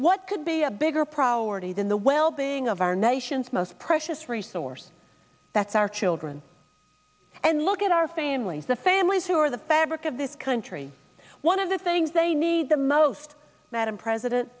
what could be a bigger priority than the well being of our nation's most precious resource that's our children and look at our families the families who are the fabric of this country one of the things they need the most madam president